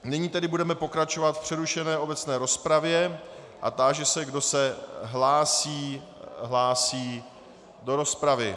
Nyní tedy budeme pokračovat v přerušené obecné rozpravě a táži se, kdo se hlásí do rozpravy.